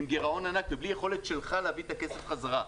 עם גירעון ענק ובלי יכולת שלך להביא את הכסף חזרה.